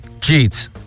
Cheats